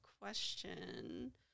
question